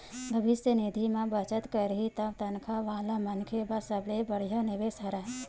भविस्य निधि म बचत करई ह तनखा वाला मनखे बर सबले बड़िहा निवेस हरय